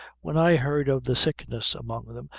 when i heard of the sickness among them,